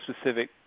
specific